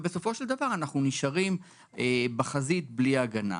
ובסופו של דבר אנחנו נשארים בחזית בלי ההגנה.